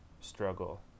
struggle